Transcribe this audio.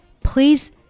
please